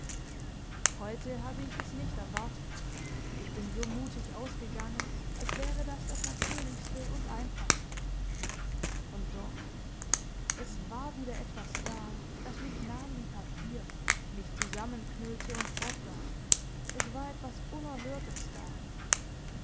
heute habe ich es nicht erwartet ich bin so mutig ausgegangen als wäre das das natürlichste und einfachste und doch es war wieder etwas da das mich nahm wie papier mich zusammenknüllte und fortwarf es war etwas unerhörtes da